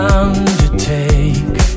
undertake